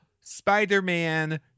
Spider-Man